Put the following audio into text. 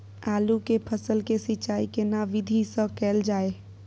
आलू के फसल के सिंचाई केना विधी स कैल जाए?